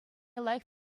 лайӑх